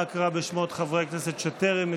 נא הקרא את שמות חברי הכנסת שטרם הצביעו.